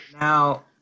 Now